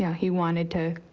yeah he wanted to